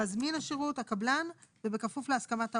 מזמין השירות, הקבלן, ובכפוף להסכמת העובד.